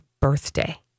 birthday